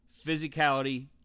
physicality